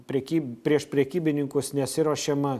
prekyb prieš prekybininkus nesiruošiama